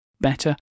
better